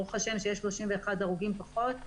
ברוך השם שיש 31 הרוגים פחות.